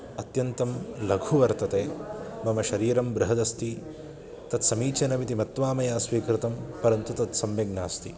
अत्यन्तं लघु वर्तते मम शरीरं बृहदस्ति तत् समीचीनमिति मत्वा मया स्वीकृतं परन्तु तत् सम्यक् नास्ति